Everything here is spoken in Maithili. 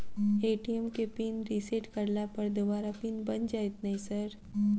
ए.टी.एम केँ पिन रिसेट करला पर दोबारा पिन बन जाइत नै सर?